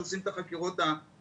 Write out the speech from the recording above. שעושים את החקירות האפידמיולוגיות.